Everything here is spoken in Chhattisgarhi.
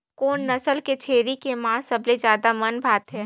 कोन नस्ल के छेरी के मांस सबले ज्यादा मन भाथे?